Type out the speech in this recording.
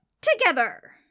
together